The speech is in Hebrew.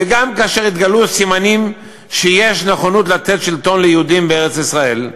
וגם כאשר התגלו סימנים שיש נכונות לתת שלטון ליהודים בארץ-ישראל,